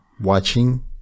watching